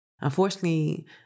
Unfortunately